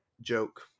joke